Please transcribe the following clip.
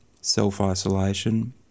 self-isolation